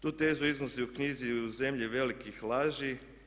Tu tezu iznosi u knjizi "U zemlji velikih laži"